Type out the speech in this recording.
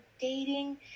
dating